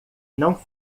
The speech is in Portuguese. não